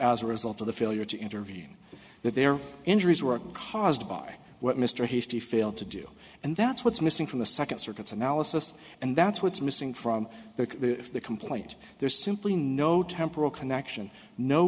as a result of the failure to intervene that their injuries were caused by what mr hastie failed to do and that's what's missing from the second circuit's analysis and that's what's missing from the the complaint there's simply no temporal connection no